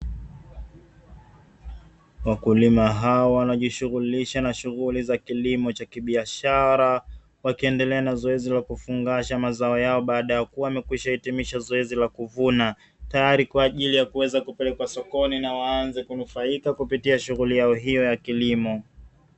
Wakulima hawa wanajishughulisha na shughuli za kilimo cha kibiashara wakiendelea na zoezi lakufungasha mazao yao baada yakuwa yamekwisha hitimisha zoezi la kuvuna tayari kwa ajili ya kuweza kupelekwa sokoni na waanze kunufaika kupitia shughuli yao hio ya kilimo.